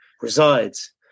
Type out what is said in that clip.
resides